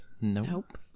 Nope